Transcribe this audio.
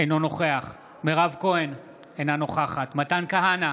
אינו נוכח מירב כהן, אינה נוכחת מתן כהנא,